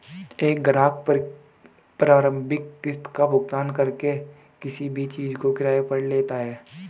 एक ग्राहक प्रारंभिक किस्त का भुगतान करके किसी भी चीज़ को किराये पर लेता है